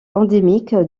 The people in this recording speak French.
endémique